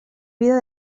vida